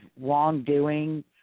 wrongdoing